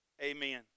amen